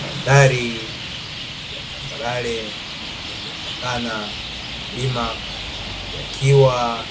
Mandhari ya tambarare yaliyopakana na mlima yakiwa